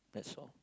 that's all